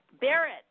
Barrett